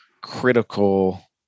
critical